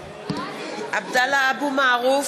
(קוראת בשמות חברי הכנסת) עבדאללה אבו מערוף,